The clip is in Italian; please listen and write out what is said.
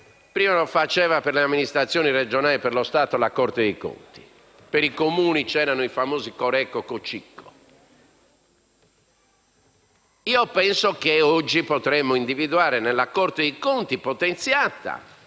spettava, per le amministrazioni regionali e per lo Stato, alla Corte dei conti; per i Comuni c'erano i famosi Coreco e Cocico, penso che oggi potremmo individuare nella Corte dei conti, potenziata,